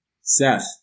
Seth